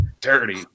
Dirty